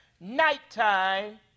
nighttime